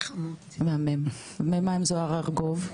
מהמם ומה עם זוהר ארגוב?